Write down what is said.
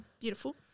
beautiful